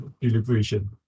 deliberation